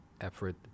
effort